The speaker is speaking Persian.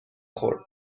خورد